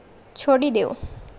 છોડી દો